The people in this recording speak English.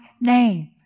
name